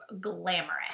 glamorous